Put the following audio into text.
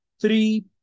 three